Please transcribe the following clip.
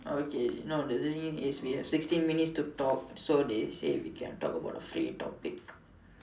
okay no the thing is we have sixteen minutes so they say we talk about a free topic